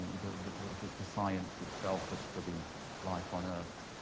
the the science itself of studying life on earth.